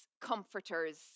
comforters